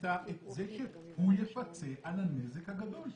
את זה שהוא יפצה על הנזק הגדול.